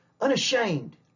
Unashamed